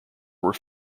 were